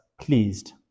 pleased